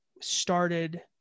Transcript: started